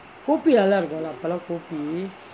kopi நல்லாருக்கும்:nallarukkum leh அப்போலாம்:appolaam kopi